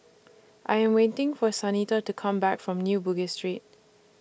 I Am waiting For Shanita to Come Back from New Bugis Street